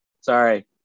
sorry